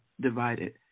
divided